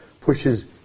pushes